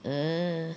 uh